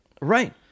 right